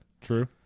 True